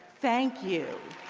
thank you.